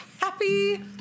happy